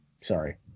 Sorry